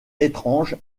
étranges